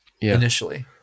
initially